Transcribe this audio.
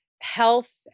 health